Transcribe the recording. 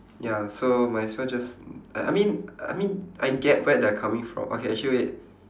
ya so might as well just I I mean I mean I get where they're coming fro~ okay actually wait